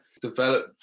develop